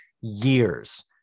years